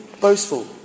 boastful